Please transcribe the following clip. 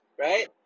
right